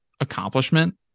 accomplishment